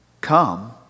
come